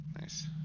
Nice